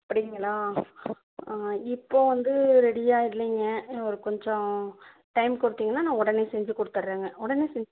அப்படிங்களா இப்போ வந்து ரெடியாக இல்லைங்க ஒர் கொஞ்சம் டைம் கொடுத்திங்கனா நான் உடனே செஞ் கொடுத்தட்றேங்க உடனே செஞ்